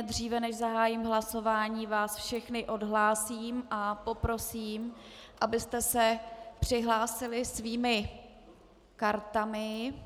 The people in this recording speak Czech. Dříve, než zahájím hlasování, vás všechny odhlásím a poprosím, abyste se přihlásili svými kartami.